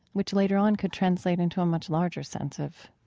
which later on could translate into a much larger sense of